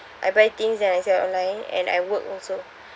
I buy things and I sell online and I work also